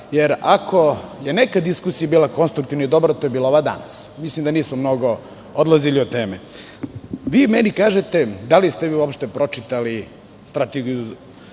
jer ako je neka diskusija bila konstruktivna i dobra, to je bila ova danas. Mislim da nismo mnogo odlazili od teme. Vi meni kažete – da li ste vi uopšte pročitali Strategiju